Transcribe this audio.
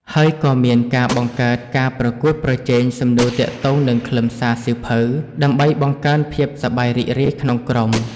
ហើយក៏មានការបង្កើតការប្រកួតប្រជែងសំណួរទាក់ទងនឹងខ្លឹមសារសៀវភៅ ដើម្បីបង្កើនភាពសប្បាយរីករាយក្នុងក្រុម។